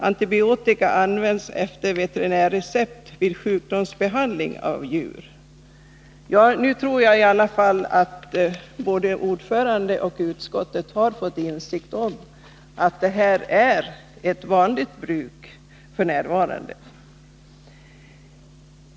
Antibiotika används efter veterinärrecept vid sjukdomsbehandling av djur.” Nu tror jag i alla fall att både ordförande och utskott har fått insikt i att bruket av antibiotika f. n. är vanligt förekommande.